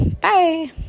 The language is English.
bye